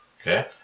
Okay